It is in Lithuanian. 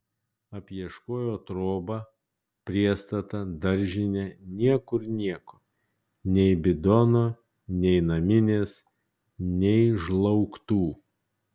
apieškojo trobą priestatą daržinę niekur nieko nei bidono nei naminės nei žlaugtų